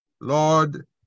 Lord